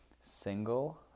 Single